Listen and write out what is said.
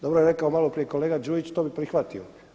Dobro je rekao malo prije kolega Đujić to bih prihvatio.